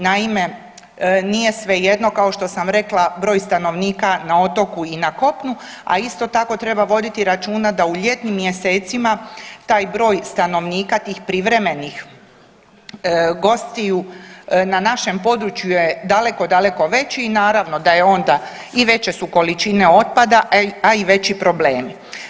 Naime, nije svejedno kao što sam rekla broj stanovnika na otoku i na kopnu, a isto tako treba voditi računa da u ljetnim mjesecima taj broj stanovnika tih privremenih gostiju na našem području je daleko, daleko veći i naravno da je onda i veće su količine otpada, a i veći problemi.